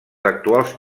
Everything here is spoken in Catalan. actuals